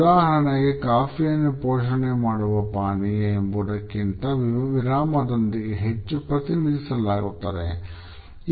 ಉದಾಹರಣೆಗೆ ಕಾಫಿಯನ್ನು ಪೋಷಣೆ ನೀಡುವ ಪಾನೀಯ ಎಂಬುದಕ್ಕಿಂತ ವಿರಾಮದೊಂದಿಗೆ ಹೆಚ್ಚು ಪ್ರತಿನಿಧಿಸಲಾಗುತ್ತದೆ